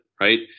right